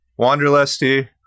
wanderlusty